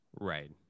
right